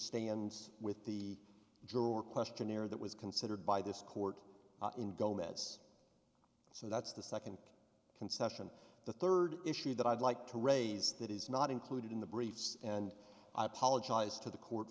stands with the jury questionnaire that was considered by this court in gomez so that's the second concession the third issue that i'd like to raise that is not included in the briefs and i apologize to the court